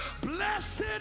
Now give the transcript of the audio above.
Blessed